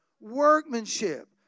workmanship